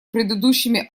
предыдущими